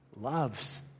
loves